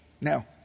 Now